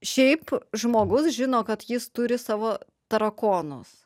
šiaip žmogus žino kad jis turi savo tarakonus